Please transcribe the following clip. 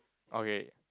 okay